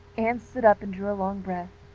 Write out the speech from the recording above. anne stood up and drew a long breath.